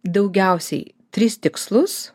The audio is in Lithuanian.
daugiausiai tris tikslus